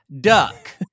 duck